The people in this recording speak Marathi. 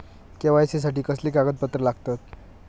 के.वाय.सी साठी कसली कागदपत्र लागतत?